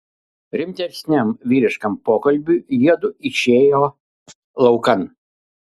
rimtesniam vyriškam pokalbiui jiedu išėję laukan